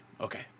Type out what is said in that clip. Okay